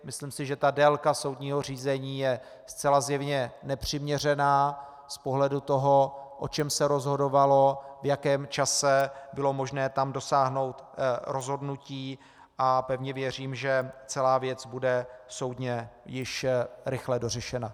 Myslím, že ta délka soudního řízení je zcela zjevně nepřiměřená z pohledu toho, o čem se rozhodovalo, v jakém čase bylo možné tam dosáhnout rozhodnutí, a pevně věřím, že celá věc bude soudně již rychle dořešena.